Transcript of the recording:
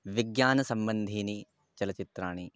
विज्ञानसम्बन्धीनि चलच्चित्राणि